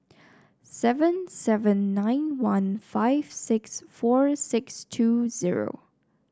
seven seven nine one five six four six two zero